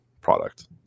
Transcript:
product